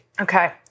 Okay